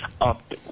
up